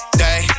day